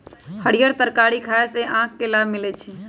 हरीयर तरकारी खाय से आँख के लाभ मिलइ छै